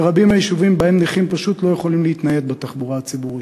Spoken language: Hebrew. ורבים היישובים שבהם נכים פשוט לא יכולים להתנייד בתחבורה הציבורית.